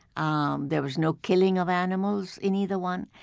um there was no killing of animals in either one.